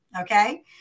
okay